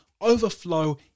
overflow